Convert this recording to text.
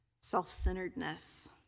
self-centeredness